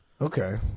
Okay